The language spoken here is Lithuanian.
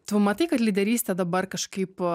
tu matai kad lyderystė dabar kažkaip